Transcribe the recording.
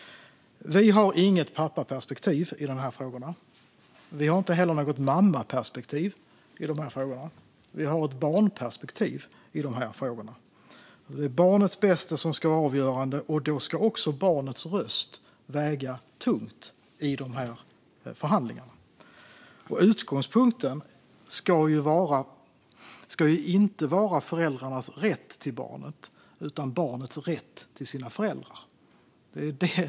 Vi har inget pappaperspektiv i de här frågorna. Vi har inte heller något mammaperspektiv i de här frågorna. Vi har ett barnperspektiv i de här frågorna. Det är barnets bästa som ska vara avgörande, och då ska också barnets röst väga tungt i förhandlingarna. Utgångspunkten ska inte vara föräldrarnas rätt till barnet utan barnets rätt till sina föräldrar.